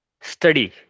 study